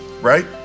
right